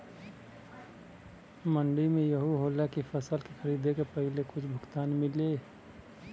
का मंडी में इहो होला की फसल के खरीदे के पहिले ही कुछ भुगतान मिले?